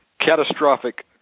catastrophic